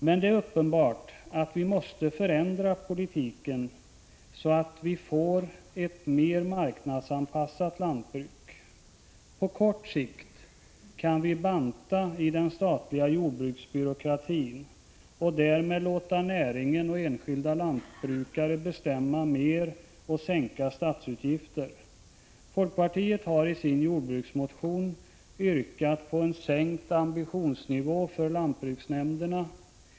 Men det är uppenbart att vi måste förändra politiken, så att vi får ett mer marknadsanpassat lantbruk. På kort sikt kan vi banta i den statliga jordbruksbyråkratin och därmed låta näringen och enskilda lantbrukare bestämma mer och sänka statsutgifter. Folkpartiet har i sin jordbruksmotion yrkat på en sänkning av ambitionsnivån beträffande lantbruksnämnderna.